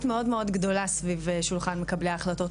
גדולה מאוד סביב שולחן מקבלי ההחלטות.